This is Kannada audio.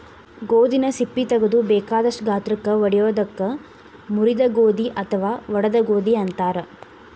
ಗೋಧಿನ ಸಿಪ್ಪಿ ತಗದು ಬೇಕಾದಷ್ಟ ಗಾತ್ರಕ್ಕ ಒಡಿಯೋದಕ್ಕ ಮುರಿದ ಗೋಧಿ ಅತ್ವಾ ಒಡದ ಗೋಧಿ ಅಂತಾರ